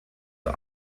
der